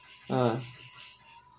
ah